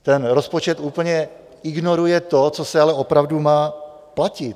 Ten rozpočet úplně ignoruje to, co se ale opravdu má platit.